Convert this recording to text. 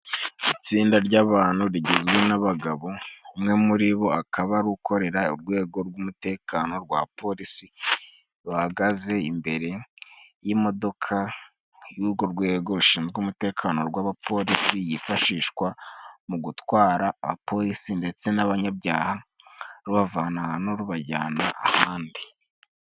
Itsinda ry'abantu rigizwe n'abagabo umwe muri bo akaba ari ukorera urwego rw'umutekano rwa polisi. Bahagaze imbere y'imodoka y'urwo rwego rushinzwe umutekano rw'abapolisi yifashishwa mu gutwara abapolisi, ndetse n'abanyabyaha rubavana ahantu rubajyana ahandi.